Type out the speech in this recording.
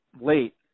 late